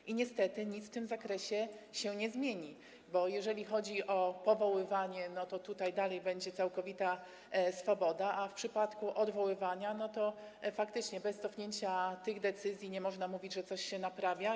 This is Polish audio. I niestety nic w tym zakresie się nie zmieni, bo jeżeli chodzi o powoływanie, to tutaj dalej będzie całkowita swoboda, a w przypadku odwoływania to faktycznie bez cofnięcia tych decyzji nie można mówić, że coś się naprawia.